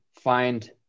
find